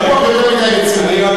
זה ויכוח יותר מדי רציני.